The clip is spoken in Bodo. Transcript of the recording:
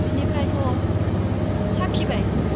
बेनिफ्रायथ' साखिबाय